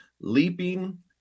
leaping